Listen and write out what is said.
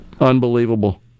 Unbelievable